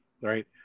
right